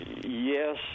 Yes